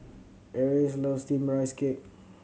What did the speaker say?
Eris loves Steamed Rice Cake